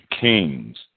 kings